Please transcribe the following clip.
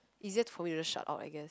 easier for me to shut out I guess